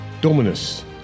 Dominus